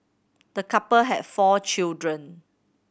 the couple had four children